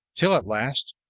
till at last,